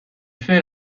fait